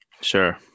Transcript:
Sure